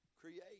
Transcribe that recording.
create